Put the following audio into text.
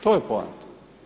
To je poanta.